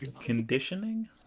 Conditioning